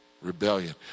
Rebellion